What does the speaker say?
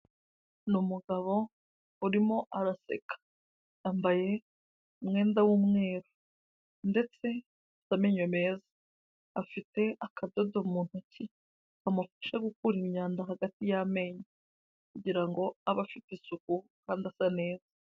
Ni umugabo urimo araseka, yambaye umwenda w'umweru ndetse afite amenyo meza. Afite akadodo mu ntoki kamufasha gukura imyanda hagati y'amenyo kugira ngo abe afite isuku kandi asa neza.